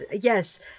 yes